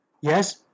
Yes